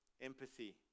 Empathy